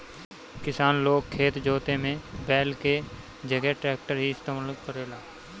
किसान लोग खेत जोते में बैल के जगह ट्रैक्टर ही इस्तेमाल करेला